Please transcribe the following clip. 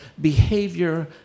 behavior